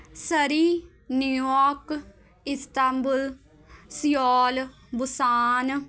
Surrey New York Istanbul Seoul Busan